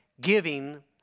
giving